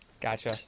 gotcha